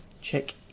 check